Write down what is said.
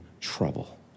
trouble